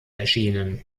erschienen